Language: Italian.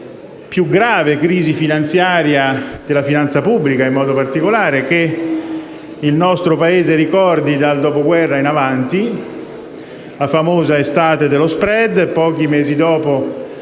più grave crisi finanziaria, della finanza pubblica in modo particolare, che il nostro Paese ricordi dal dopoguerra in avanti, la famosa estate dello *spread* (pochi mesi dopo